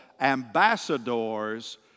ambassadors